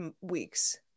weeks